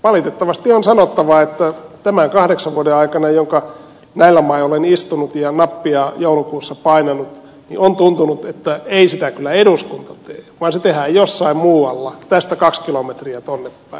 valitettavasti on sanottava että näiden kahdeksan vuoden aikana jotka näillä main olen istunut ja nappia joulukuussa painanut on tuntunut että ei sitä tärkeysjärjestystä kyllä eduskunta tee vaan se tehdään jossain muualla tästä kaksi kilometriä tuonne päin